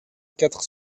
quatre